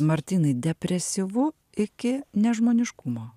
martynai depresyvu iki nežmoniškumo